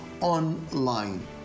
online